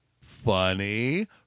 Funny